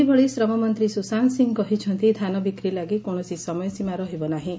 ସେହିଭଳି ଶ୍ରମମନ୍ତୀ ସୁଶାନ୍ତ ସିଂହ କହିଛନ୍ତି ଧାନ ବିକ୍ରି ଲାଗି କୌଣସି ସମୟସୀମା ରହିବ ନାହିଁ